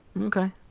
Okay